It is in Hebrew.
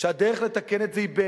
שהדרך לתקן את זה היא,